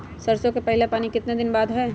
सरसों में पहला पानी कितने दिन बाद है?